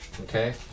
Okay